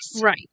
Right